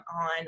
on